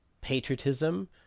patriotism